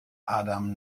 adam